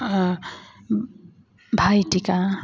Bhaitika